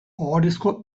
ohorezko